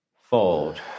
Fold